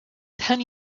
ten